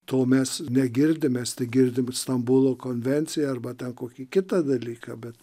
to mes negirdim mes tik girdim stambulo konvenciją arba ten kokį kitą dalyką bet